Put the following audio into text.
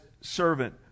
servant